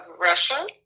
Russia